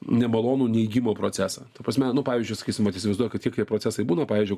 nemalonų neigimo procesą ta prasme nu pavyzdžiui sakysim vat įsivaizduokit kiek tie procesai būna pavyzdžiui